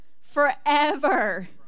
Forever